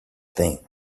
thing